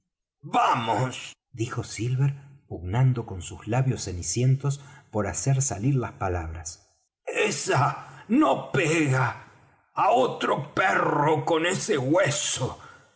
vamos dijo silver pugnando con sus labios cenicientos por hacer salir las palabras esa no pega á otro perro con ese hueso